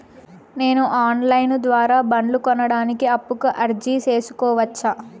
నేను online ద్వారా బండ్లు కొనడానికి అప్పుకి అర్జీ సేసుకోవచ్చా?